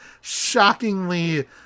shockingly